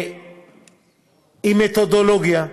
עם מתודולוגיה,